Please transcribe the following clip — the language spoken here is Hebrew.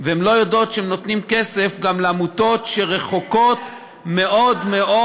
והן לא יודעות שהן נותנות כסף גם לעמותות שרחוקות מאוד מאוד